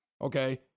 okay